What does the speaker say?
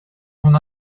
una